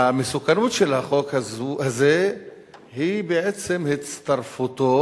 המסוכנות של החוק הזה היא בעצם הצטרפותו